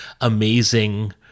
amazing